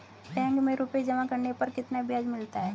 Bank में रुपये जमा करने पर कितना ब्याज मिलता है?